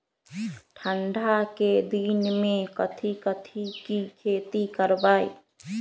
ठंडा के दिन में कथी कथी की खेती करवाई?